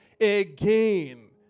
Again